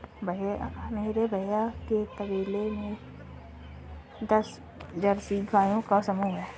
मेरे भैया के तबेले में दस जर्सी गायों का समूह हैं